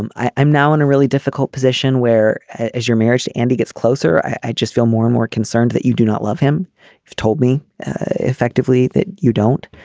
and i'm now in a really difficult position where as your marriage to andy gets closer i just feel more and more concerned that you do not love him told me effectively that you don't.